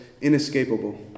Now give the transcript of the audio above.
inescapable